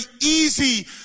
easy